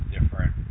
different